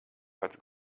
pats